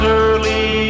early